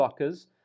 blockers